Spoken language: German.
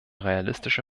realistische